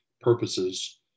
purposes